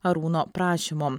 arūno prašymo